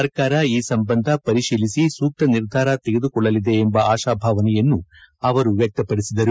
ಸರ್ಕಾರ ಈ ಸಂಬಂಧ ಪರಿಶೀಲಿಸಿ ಸೂಕ್ತ ನಿರ್ಧಾರ ತೆಗೆದುಕೊಳ್ಳಲಿದೆ ಎಂಬ ಆಶಾಭಾವನೆಯನ್ನು ವ್ಯಕ್ತಪಡಿಸಿದ್ದಾರೆ